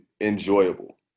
enjoyable